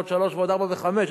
עוד שלוש ועוד ארבע וחמש.